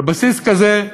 ועל בסיס כזה,